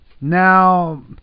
Now